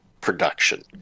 production